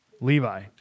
Levi